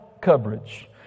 coverage